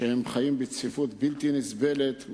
שהם חיים בצפיפות בלתי נסבלת,